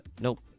nope